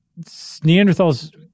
Neanderthals